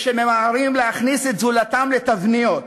יש שממהרים להכניס את זולתם לתבניות,